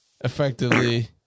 effectively